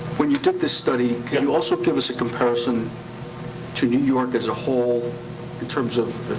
when you did the study, can you also give us a comparison to new york as a whole in terms of,